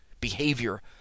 behavior